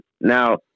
now